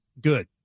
good